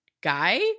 guy